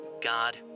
God